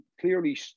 clearly